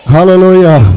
Hallelujah